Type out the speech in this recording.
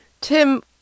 Tim